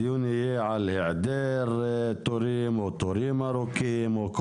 הדיון יהיה על היעדר תורים או תורים ארוכים כל